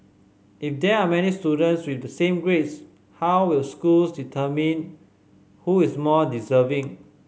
if there are many students with the same grades how will schools determine who is more deserving